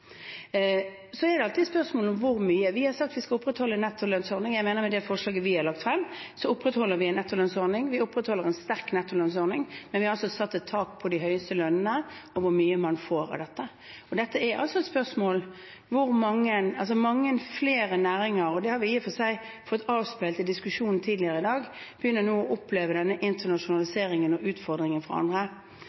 vi skal opprettholde en nettolønnsordning. Jeg mener at med det forslaget vi har lagt frem, opprettholder vi en nettolønnsordning. Vi opprettholder en sterk nettolønnsordning, men vi har altså satt et tak på de høyeste lønningene for hvor mye man får av dette. Mange flere næringer – og det har vi i og for seg fått avspeilet i diskusjonen tidligere i dag – begynner nå å oppleve denne internasjonaliseringen og utfordringen fra andre.